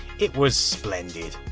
it was splendid,